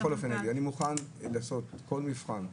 אני מוכן לעשות כל מבחן,